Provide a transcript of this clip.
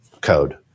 code